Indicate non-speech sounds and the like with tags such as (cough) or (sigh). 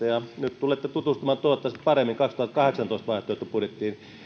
(unintelligible) ja nyt tulette tutustumaan toivottavasti paremmin vuoden kaksituhattakahdeksantoista vaihtoehtobudjettiin